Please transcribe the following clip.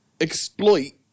exploit